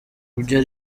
ibyo